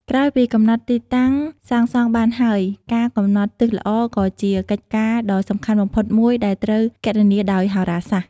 ក្រោយពីកំណត់ទីតាំងសាងសង់បានហើយ ការកំណត់ទិសល្អក៏ជាកិច្ចការដ៏សំខាន់បំផុតមួយដែលត្រូវគណនាដោយហោរាសាស្ត្រ។